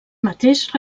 mateix